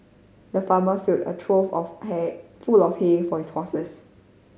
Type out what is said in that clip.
the farmer filled a trough of hay full of hay for his horses